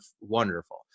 wonderful